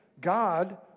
God